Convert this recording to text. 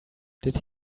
did